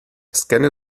scanne